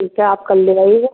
ठीक है आप कल ले आइएगा